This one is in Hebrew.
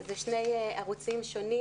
אלה שני ערוצים שונים,